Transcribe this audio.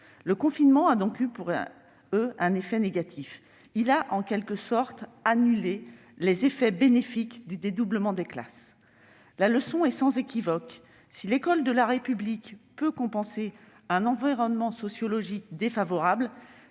Le confinement a donc eu pour ces derniers un effet négatif ; il a, en quelque sorte, annulé les effets bénéfiques du dédoublement des classes. La leçon est sans équivoque : si l'école de la République peut compenser un environnement sociologique défavorable,